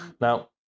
Now